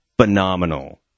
phenomenal